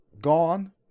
gone